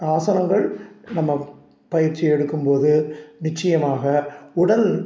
ஆசனங்கள் நம்ம பயிற்சி எடுக்கும்போது நிச்சயமாக உடல்